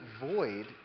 void